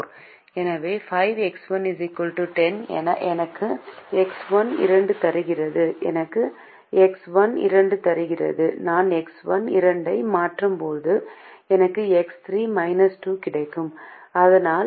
எனவே 5X1 10 எனக்கு X1 2 தருகிறது எனக்கு X1 2 தருகிறது நான் X1 2 ஐ மாற்றும்போது எனக்கு X3 2 கிடைக்கும் இதனால் X1 X3 4